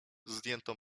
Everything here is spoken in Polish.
zdjętą